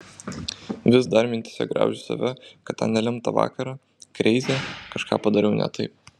vis dar mintyse graužiu save kad tą nelemtą vakarą kreize kažką padariau ne taip